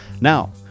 Now